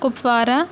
Kupwara